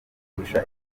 kurusha